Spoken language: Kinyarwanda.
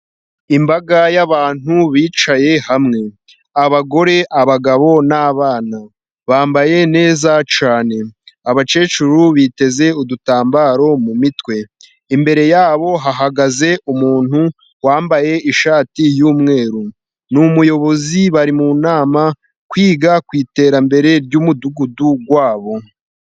Imbaga y'abantu bicaye hamwe. Abagore, abagabo n'abana. Bambaye neza cyane. Abakecuru biteze udutambaro mu mitwe, imbere yabo hahagaze umuntu wambaye ishati y'umweru. Ni umuyobozi bari mu nama, kwiga ku iterambere ry'umudugudu wabo.